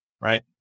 right